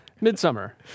Midsummer